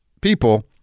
people